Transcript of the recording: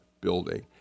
building